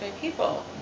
people